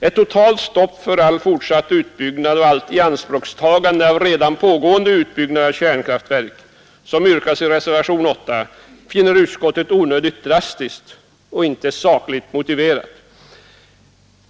Ett totalt stopp för all fortsatt utbyggnad och allt ianspråkstagande av redan pågående utbyggnader av kärnkraftverk, som yrkas i reservation 8, finner utskottet onödigt drastiskt och icke sakligt motiverat.